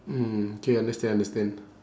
mm K understand understand